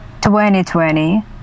2020